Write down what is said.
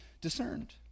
discerned